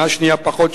שנה שנייה פחות,